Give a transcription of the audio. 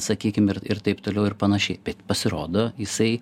sakykim ir ir taip toliau ir panašiai bet pasirodo jisai